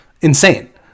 insane